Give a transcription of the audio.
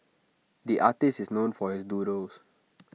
the artist is known for his doodles